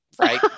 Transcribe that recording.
right